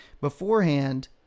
Beforehand